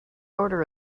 order